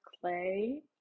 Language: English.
clay